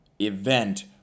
event